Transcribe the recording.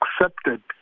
accepted